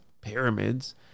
pyramids